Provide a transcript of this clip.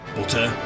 Butter